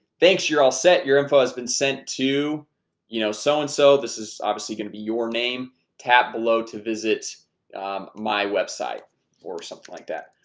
thanks, you're all set. your info has been sent to you know, so and so this is obviously gonna be your name tap below to visit my web site or something like that,